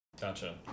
Gotcha